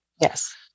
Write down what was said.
Yes